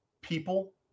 people